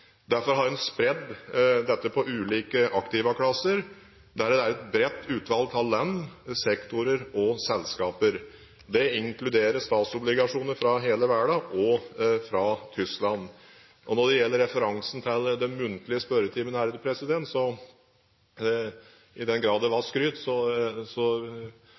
Derfor har en spredt dette på ulike aktivaklasser, der det er et bredt utvalg av land, sektorer og selskaper. Det inkluderer statsobligasjoner fra hele verden – også fra Tyskland. Når det gjelder referansen til den muntlige spørretimen: I den grad det var skryt,